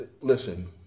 listen